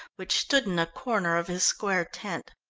which stood in a corner of his square tent.